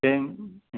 दें